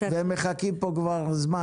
והם מחכים פה כבר זמן.